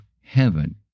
heaven